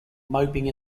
moping